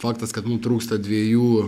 faktas kad mum trūksta dviejų